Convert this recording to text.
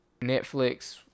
Netflix